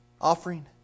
offering